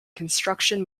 construction